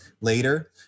later